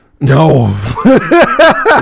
No